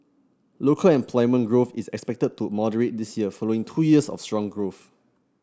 local employment growth is expected to moderate this year following two years of strong growth